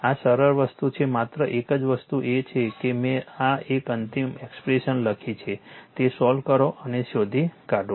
આ સરળ વસ્તુ છે માત્ર એક જ વસ્તુ એ છે કે મેં આ એક અંતિમ એક્સપ્રેશન લખી છે તે સોલ્વ કરો અને તેને શોધી કાઢો